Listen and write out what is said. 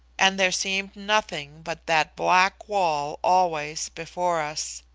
and there seemed nothing but that black wall always before us.